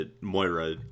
Moira